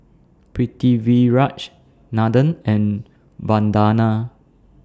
Pritiviraj Nathan and Vandana